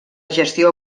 gestió